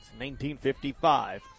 1955